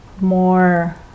more